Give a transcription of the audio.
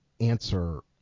answer